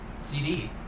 CD